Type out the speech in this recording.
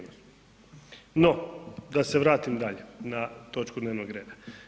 No da se vratim dalje na točku dnevnog reda.